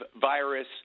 virus